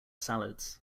salads